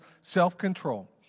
self-control